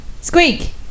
Squeak